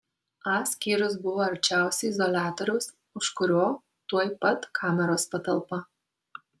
a skyrius buvo arčiausiai izoliatoriaus už kurio tuoj pat kameros patalpa